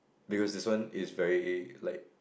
because this one is very like